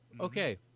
okay